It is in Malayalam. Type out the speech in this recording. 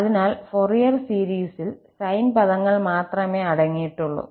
അതിനാൽ ഫൊറിയർ സീരീസിൽ സൈൻ പദങ്ങൾ മാത്രമേ അടങ്ങിയിട്ടുള്ളൂ